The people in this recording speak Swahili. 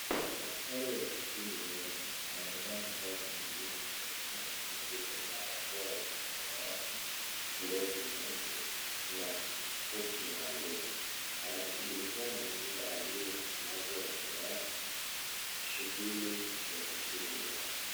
Daktari wa kutibu meno, amevaa mavazi maalum ya kazi yaje kama vile, barakoa ya kisamawati, glovu nyeupe, na koti maalum. Anamshughulikia mgonjwa aliyelazwa mbele yake, shughuli ya kutibu meno.